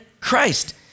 Christ